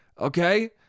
okay